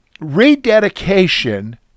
Rededication